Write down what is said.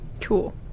Cool